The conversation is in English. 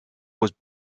was